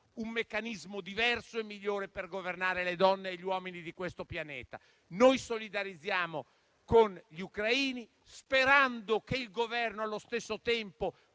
un meccanismo diverso e migliore per governare le donne e gli uomini di questo pianeta. Noi solidarizziamo con gli ucraini, sperando allo stesso tempo